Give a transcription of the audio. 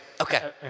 Okay